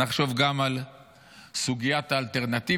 נחשוב גם על סוגיית האלטרנטיבה.